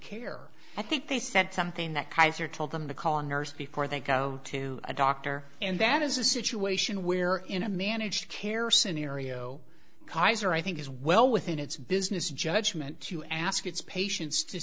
care i think they said something that kaiser told them to call a nurse before they go to a doctor and that is a situation where in a managed care scenario kaiser i think is well within its business judgment to ask its patients to